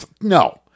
No